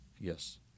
Yes